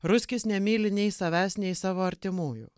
ruskis nemyli nei savęs nei savo artimųjų